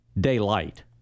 daylight